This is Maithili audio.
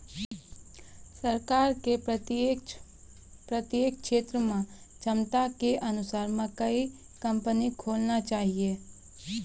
सरकार के प्रत्येक क्षेत्र मे क्षमता के अनुसार मकई कंपनी खोलना चाहिए?